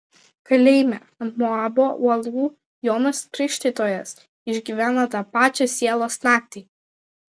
kalėjime ant moabo uolų jonas krikštytojas išgyvena tą pačią sielos naktį